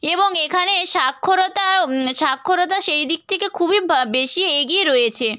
এবং এখানে সাক্ষরতা সাক্ষরতা সেই দিক থেকে খুবই বেশি এগিয়ে রয়েছে